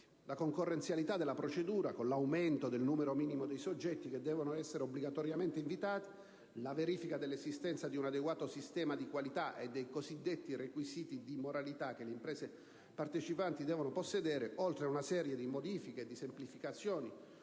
La concorrenzialità della procedura, con l'aumento del numero minimo dei soggetti che devono essere obbligatoriamente invitati, la verifica dell'esistenza di un adeguato sistema di qualità e dei cosiddetti requisiti di moralità che le imprese partecipanti devono possedere, oltre ad una serie di modifiche e di semplificazioni